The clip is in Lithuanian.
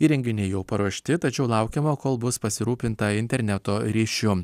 įrenginiai jau paruošti tačiau laukiama kol bus pasirūpinta interneto ryšiu